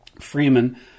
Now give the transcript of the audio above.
Freeman